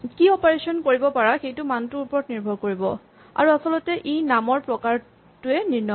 কি অপাৰেচন কৰিব পাৰিবা সেইটো মানটোৰ ওপৰত নিৰ্ভৰ কৰিব আৰু আচলতে ই নামৰ প্ৰকাৰটোৱে নিৰ্ণয় কৰে